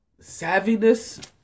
savviness